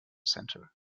center